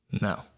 No